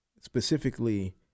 specifically